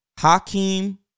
Hakeem